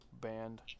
band